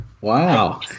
Wow